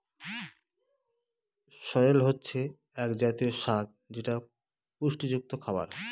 সরেল হচ্ছে এক জাতীয় শাক যেটা পুষ্টিযুক্ত খাবার